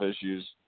issues